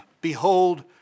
Behold